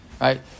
right